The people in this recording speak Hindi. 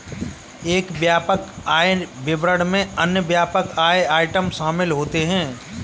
एक व्यापक आय विवरण में अन्य व्यापक आय आइटम शामिल होते हैं